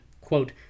quote